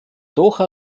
doha